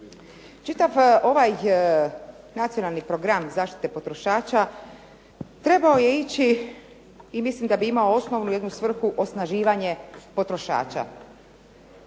Čitav ovaj Nacionalni program zaštite potrošača trebao je ići i mislim da bi imao osnovnu jednu svrhu osnaživanje potrošača.